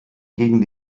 gegen